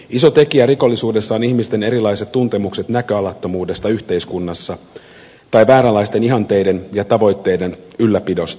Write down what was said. iso tekijä rikollisuudessa on ihmisten erilaiset tuntemukset näköalattomuudesta yhteiskunnassa tai vääränlaisten ihanteiden ja tavoitteiden ylläpidosta